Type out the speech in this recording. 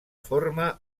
forma